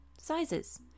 sizes